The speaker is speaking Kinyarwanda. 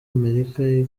amerika